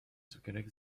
cukierek